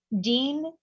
Dean